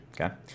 okay